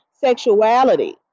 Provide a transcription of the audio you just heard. sexuality